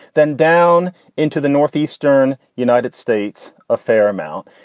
then down into the northeastern united states, a fair amount.